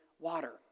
water